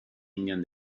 indian